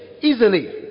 easily